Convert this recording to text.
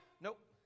Nope